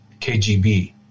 KGB